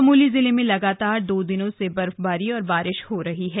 चमोली जिले में लगातार दो दिनों से बर्फबारी और बारिश हो रही है